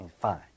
Fine